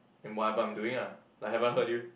in whatever I'm doing ah like have I hurt you